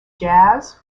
jazz